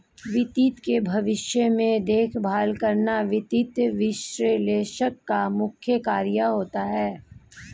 वित्त के भविष्य में देखभाल करना वित्त विश्लेषक का मुख्य कार्य होता है